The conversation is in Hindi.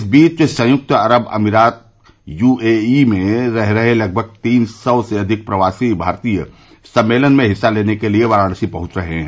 इस बीच संयुक्त अरब अमारात यूएई में रह रहे लगभग तीन सौ से अधिक प्रवासी भारतीय सम्मेलन में हिस्सा लेने के लिए वाराणसी पहुंच रहे हैं